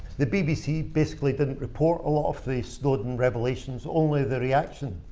the bbc basically didn't report a lot of the snowden revelations, only the reaction.